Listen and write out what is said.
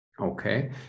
Okay